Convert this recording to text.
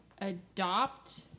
adopt